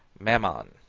mammon,